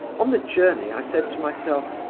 on the journey i said to myself,